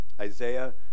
Isaiah